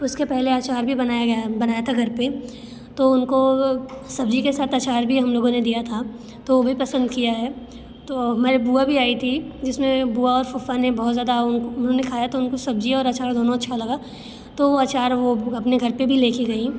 उसके पहले अचार भी बनाया गया बनाया था घर पर तो उनको सब्ज़ी के साथ अचार भी हम लोगों ने दिया था तो वो भी पसंद किया है तो हमारी बुआ भी आई थी जिस में बुआ और फूफा ने बहुत ज़्यादा उनको उन्होंने खाया तो उनको सब्ज़ी और अचार दोनों अच्छे लगे तो अचार वो अपने घर पर भी ले के गईं